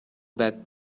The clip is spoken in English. back